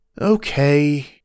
Okay